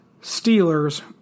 Steelers